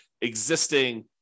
existing